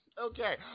Okay